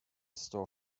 store